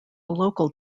local